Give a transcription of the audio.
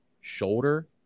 shoulder